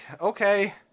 okay